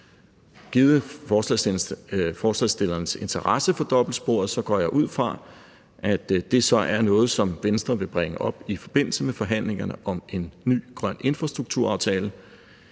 Givet forslagsstillerens interesse for dobbeltsporet, går jeg ud fra, at det så er noget, som Venstre vil bringe op i forbindelse med forhandlingerne om en ny grøn infrastrukturaftale.